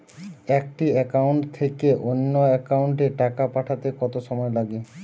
একটি একাউন্ট থেকে অন্য একাউন্টে টাকা পাঠাতে কত সময় লাগে?